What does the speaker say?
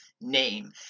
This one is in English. name